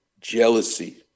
Jealousy